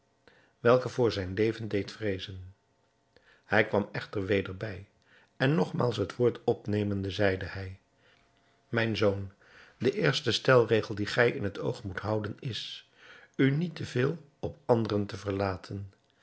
welke voor zijn leven deed vreezen hij kwam echter weder bij en nogmaals het woord opnemende zeide hij mijn zoon de eerste stelregel dien gij in het oog moet houden is u niet te veel op anderen te verlaten